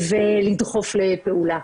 ולדחוף לפעולה.